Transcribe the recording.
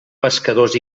pescadors